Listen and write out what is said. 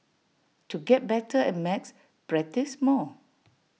to get better at maths practise more